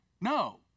No